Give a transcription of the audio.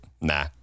Nah